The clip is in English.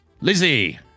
Lizzie